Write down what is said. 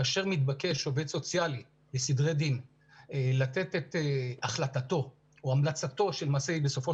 כאשר מתבקש עובד סוציאלי לסדרי דין לתת את החלטתו או המלצתו שלמעשה בסופו